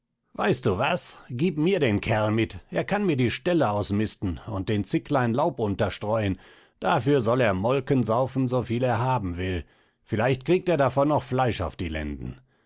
weißt du was gieb mir den kerl mit er kann mir die ställe ausmisten und den zicklein laub unterstreuen dafür soll er molken saufen soviel er haben will vielleicht kriegt er davon noch fleisch auf die lenden